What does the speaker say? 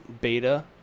beta